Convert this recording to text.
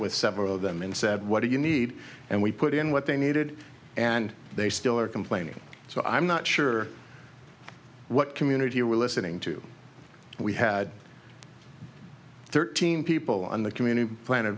with several of them and said what do you need and we put in what they needed and they still are complaining so i'm not sure what community you were listening to we had thirteen people on the community plan